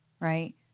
right